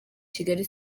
kigali